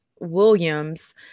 Williams